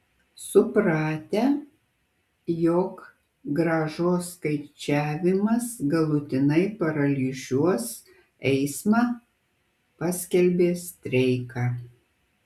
supratę jog grąžos skaičiavimas galutinai paralyžiuos eismą paskelbė streiką